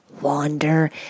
wander